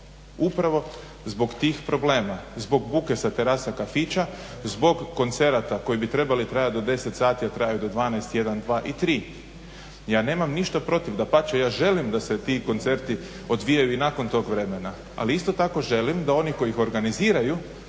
upravo zbog tih problema, zbog buke sa terasa kafića, zbog koncerata koji bi trebali trajati do 10 sati, a traju do 12, 1, 3. Ja nemam ništa protiv, dapače ja želim da se ti koncerti odvijaju i nakon tog vremena ali isto tako želim da oni koji ih organiziraju